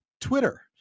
Twitter